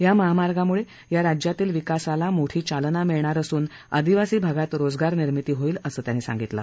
या महामार्गामुळे या राज्यातील विकासाला मोठी चालना मिळणार असून आदिवासी भागात रोजगार निर्मिती होईल असं त्यांनी सांगितलं